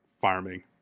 Farming